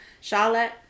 Charlotte